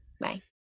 Bye